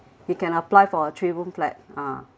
he can apply for a three room flat ah